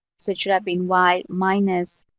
so it should have been y minus